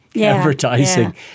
advertising